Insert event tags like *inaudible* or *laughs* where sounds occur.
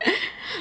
*laughs*